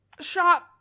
shop